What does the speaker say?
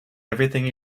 everything